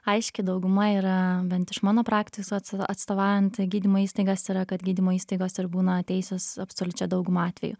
aiški dauguma yra bent iš mano praktisoco atstovaujant gydymo įstaigas yra kad gydymo įstaigos ir būna teisios absoliučia dauguma atvejų